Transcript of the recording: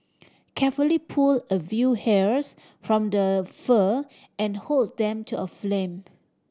carefully pull a view hairs from the fur and hold them to a flame